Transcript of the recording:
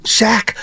Shaq